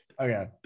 Okay